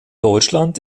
deutschland